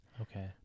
Okay